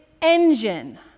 engine